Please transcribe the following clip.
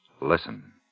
Listen